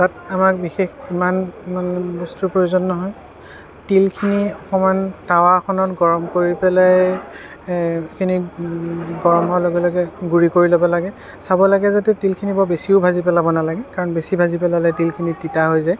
তাত আমাক বিশেষ ইমান বস্তুৰ প্ৰয়োজন নহয় তিলখিনি অকণমান তাৱাখনত গৰম কৰি পেলাই সেইখিনি গৰম হোৱাৰ লগে লগে গুড়ি কৰি ল'ব লাগে চাব লাগে যাতে তিলখিনি বৰ বেছিও ভাজি পেলাব নালাগে কাৰণ বেছি ভাজি পেলালে তিলখিনি তিতা হৈ যায়